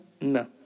no